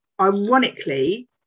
ironically